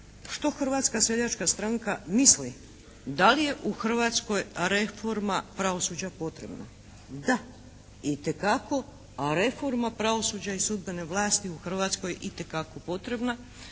što Hrvatska seljačka stranka misli, da li je u Hrvatskoj reforma pravosuđa potrebna? Da, itekako, a reforma pravosuđa i sudbene vlasti u Hrvatskoj itekako potrebna